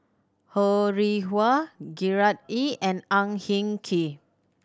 Ho Rih Hwa Gerard Ee and Ang Hin Kee